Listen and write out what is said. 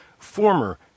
former